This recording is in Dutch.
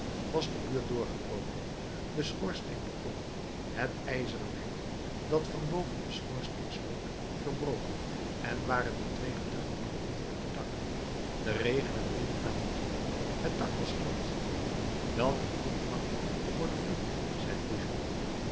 was de muur doorgebroken de schoorsteen beklommen het ijzeren hek dat van boven den schoorsteen sloot verbroken en waren de twee geduchte bandieten op het dak de regen en wind namen toe het dak was glad welk een goede nacht voor de vlucht